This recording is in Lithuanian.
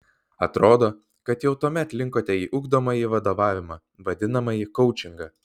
atrodo kad jau tuomet linkote į ugdomąjį vadovavimą vadinamąjį koučingą